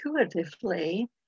intuitively